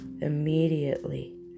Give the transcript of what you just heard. immediately